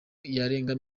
yarenga